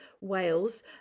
Wales